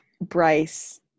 Bryce